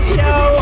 show